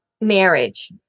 marriage